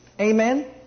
Amen